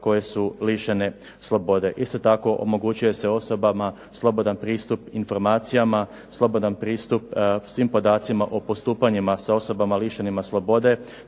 koje su lišene slobode. Isto tako omogućuje se osobama slobodan pristup informacijama, slobodan pristup svim podacima o postupanjima s osobama lišenima slobode,